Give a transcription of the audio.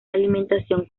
alimentación